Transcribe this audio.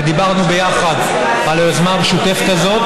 כשדיברנו ביחד על היוזמה המשותפת הזאת.